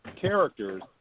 characters